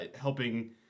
helping